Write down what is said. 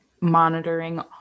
monitoring